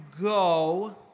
go